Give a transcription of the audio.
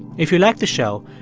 if you like the show,